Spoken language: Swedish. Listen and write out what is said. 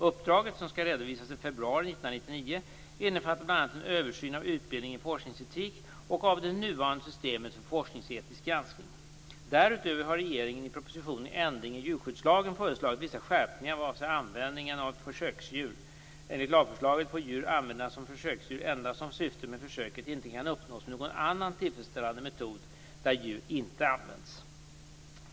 Uppdraget, som skall redovisas i februari 1999, innefattar bl.a. en översyn av utbildningen i forskningsetik och av det nuvarande systemet för forskningsetisk granskning. Därutöver har regeringen i propositionen Ändringar i djurskyddslagen föreslagit vissa skärpningar vad avser användningen av försöksdjur. Enligt lagförslaget får djur användas som försöksdjur endast om syftet med försöket inte kan uppnås med någon annan tillfredsställande metod där djur inte används.